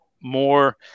more